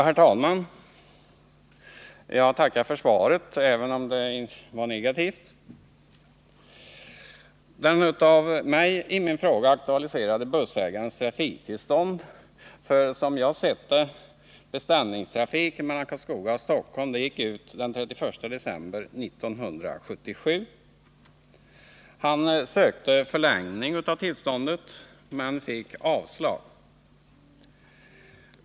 Herr talman! Jag tackar för svaret, även om det var negativt. Den i min fråga aktuelle bussägarens trafiktillstånd för, som jag har sett det, beställningstrafik mellan Karlskoga och Stockholm gick ut den 31 december 1977. Han sökte förlängning av tillståndet men fick avslag.